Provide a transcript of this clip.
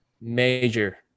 major